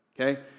Okay